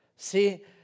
See